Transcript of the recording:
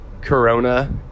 Corona